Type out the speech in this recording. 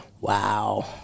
Wow